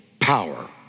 power